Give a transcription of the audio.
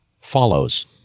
Follows